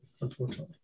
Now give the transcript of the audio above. unfortunately